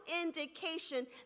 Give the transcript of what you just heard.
indication